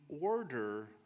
order